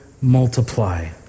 multiply